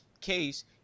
case